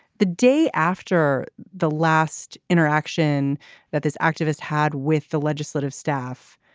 the day after the last interaction that this activist had with the legislative staff